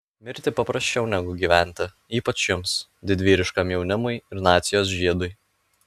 mirti paprasčiau negu gyventi ypač jums didvyriškam jaunimui ir nacijos žiedui